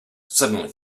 suddenly